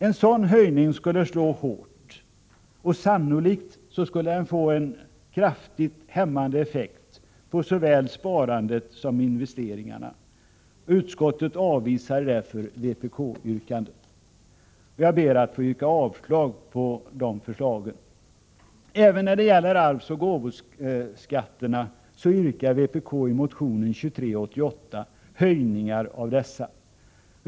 En sådan höjning skulle slå hårt, och sannolikt skulle den få en kraftigt hämmande effekt på såväl sparandet som investeringarna. Utskottet avvisar därför vpk:s förslag, och jag yrkar avslag på detsamma. I motion 2388 föreslår vpk en höjning av arvsoch gåvoskatten.